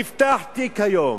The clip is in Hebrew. תפתח תיק היום,